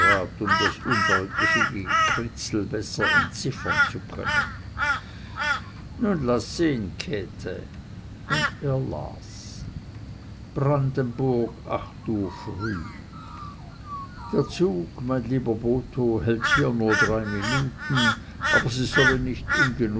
das undeutliche gekritzel besser entziffern zu können nun laß sehn käthe und er las brandenburg acht uhr früh der zug mein lieber botho hält hier nur drei minuten aber sie sollen nicht